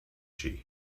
she